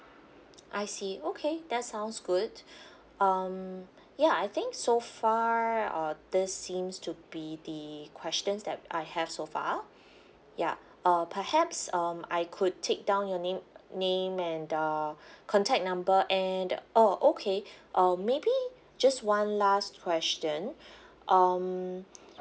I see okay that sounds good um ya I think so far uh this seems to be the questions that I have so far ya uh perhaps um I could take down your name name and uh contact number and oh okay um maybe just one last question um